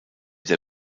der